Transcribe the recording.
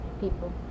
people